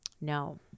No